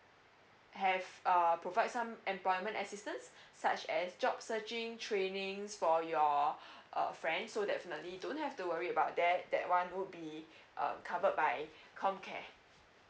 have uh provide some employment assistance such as job searching trainings for your uh friend so definitely don't have to worry about that that one would be uh covered by com care